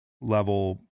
level